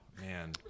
man